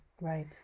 right